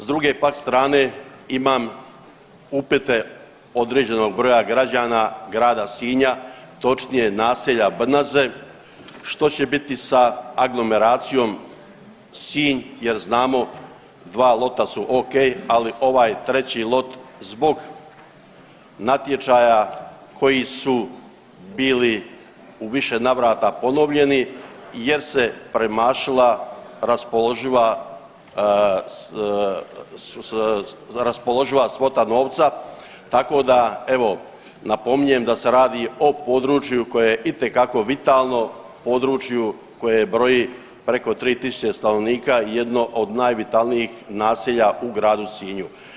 S druge pak strane imam upite određenog broja građana grada Sinja točnije naselja Brnaze što će biti sa aglomeracijom Sinj jer znamo dva lota su o.k. Ali ovaj treći lot zbog natječaja koji su bili u više navrata ponovljeni jer se premašila raspoloživa svota novca, tako da evo napominjem da se radi o području koje je itekako vitalno, području koje broji preko 3000 stanovnika i jedno od najvitalnijih naselja u gradu Sinju.